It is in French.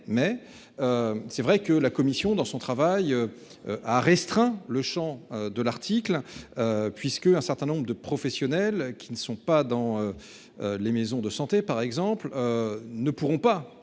mais. C'est vrai que la Commission dans son travail. A restreint le Champ de l'article. Puisque un certain nombre de professionnels qui ne sont pas dans. Les maisons de santé par exemple. Ne pourront pas.